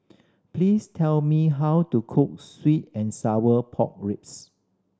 please tell me how to cook sweet and sour pork ribs